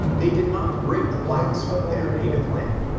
they did not bring the blacks from their native land,